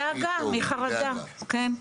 מדאגה, מחרדה, כן.